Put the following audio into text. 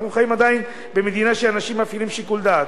אנחנו חיים עדיין במדינה שאנשים מפעילים שיקול דעת.